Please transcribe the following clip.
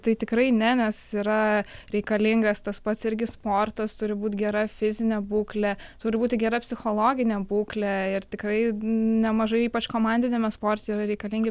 tai tikrai ne nes yra reikalingas tas pats irgi sportas turi būt gera fizinė būklė turi būti gera psichologine būklė ir tikrai nemažai ypač komandiniame sporte yra reikalingi